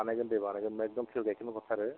बानायगोन दे बानायगोन एखदम पियर गाइखेरनि हरथारो